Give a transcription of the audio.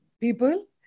people